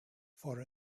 for